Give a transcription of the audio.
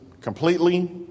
completely